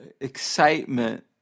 excitement